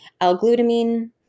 L-glutamine